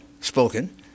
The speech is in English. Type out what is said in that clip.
spoken